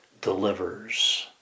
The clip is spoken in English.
delivers